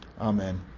Amen